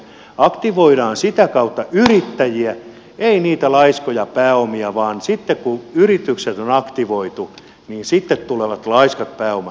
aktivoidaan sitä kautta yrittäjiä ei niitä laiskoja pääomia vaan sitten kun yritykset on aktivoitu niin sitten tulevat laiskat pääomat mukaan